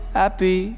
happy